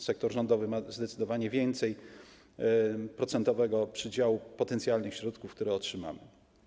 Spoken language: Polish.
Sektor rządowy ma zdecydowanie większy procentowy przydział potencjalnych środków, które otrzymamy.